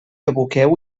aboqueu